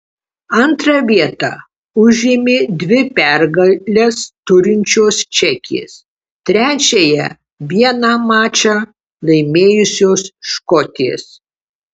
antrąją vietą užėmė dvi pergales turinčios čekės trečiąją vieną mačą laimėjusios škotės